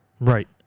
Right